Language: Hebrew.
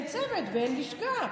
ואין צוות ואין לשכה.